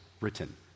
written